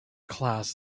class